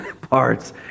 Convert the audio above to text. parts